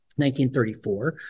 1934